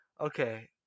Okay